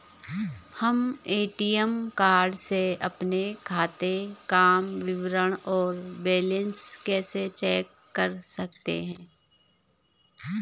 हम ATM card से अपने खाते काम विवरण और बैलेंस कैसे चेक कर सकते हैं?